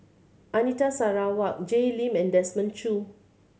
Anita Sarawak Jay Lim and Desmond Choo